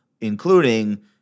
including